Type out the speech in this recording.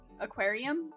aquarium